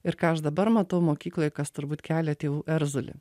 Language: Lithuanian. ir ką aš dabar matau mokykloj kas turbūt kelia tėvų erzulį